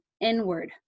inward